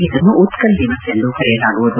ಇದನ್ನು ಉತ್ತಲ್ ದಿವಸ್ ಎಂದು ಕರೆಯಲಾವುದು